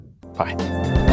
bye